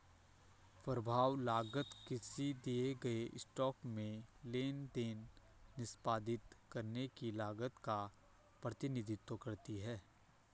प्रभाव लागत किसी दिए गए स्टॉक में लेनदेन निष्पादित करने की लागत का प्रतिनिधित्व करती है